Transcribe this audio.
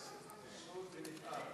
זה פסול ונתעב.